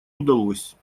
удалось